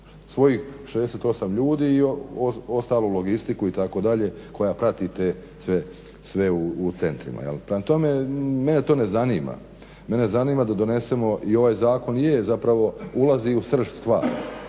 svojih 68 ljudi i ostalu logistiku itd. koja prati te sve u centrima. Prema tome, mene to ne zanima. Mene zanima da donesemo i ovaj zakon zapravo ulazi u srž stvari.